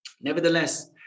Nevertheless